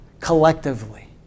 collectively